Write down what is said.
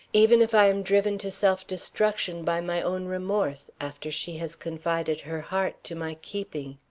even if i am driven to self-destruction by my own remorse, after she has confided her heart to my keeping.